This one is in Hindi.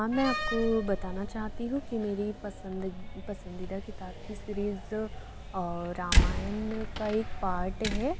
हाँ मैं आपको बताना चाहती हूँ कि मेरी पसंद पसंदीदा किताब कि सीरीज़ रामायण का एक पार्ट है